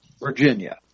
Virginia